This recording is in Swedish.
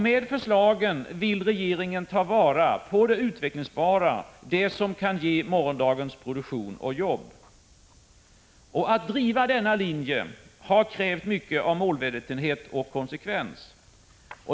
Med förslaget vill regeringen ta vara på det utvecklingsbara, det som kan bli morgondagens produktion och jobb. Att driva denna linje har krävt mycket av målmedvetenhet och konsekvens.